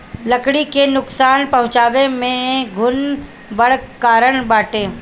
लकड़ी के नुकसान पहुंचावे में घुन बड़ कारण बाटे